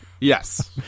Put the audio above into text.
yes